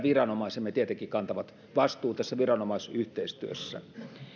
viranomaisemme tietenkin kantavat vastuun tässä viranomaisyhteistyössä